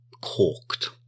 corked